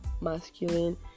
masculine